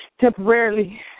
temporarily